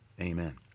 amen